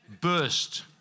burst